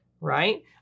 right